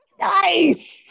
Nice